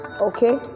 Okay